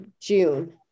June